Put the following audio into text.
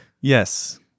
yes